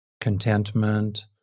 contentment